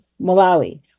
Malawi